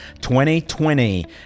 2020